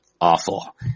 awful